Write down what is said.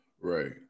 Right